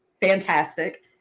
fantastic